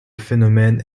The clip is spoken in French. phénomène